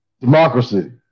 Democracy